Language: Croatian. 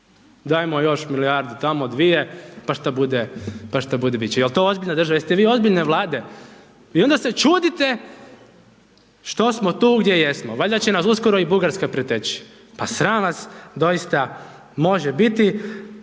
dajemo još milijardu tamo dvije, pa šta bude, pa šta bude bit će. Jel to ozbiljna država, jel ste vi ozbiljne vlade? I onda se čudite što smo tu gdje jesmo, valjda će nas uskoro i Bugarska preteći. Pa sram vas doista može biti.